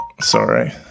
Sorry